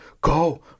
go